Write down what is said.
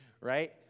right